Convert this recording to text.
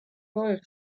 wolf